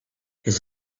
his